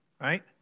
right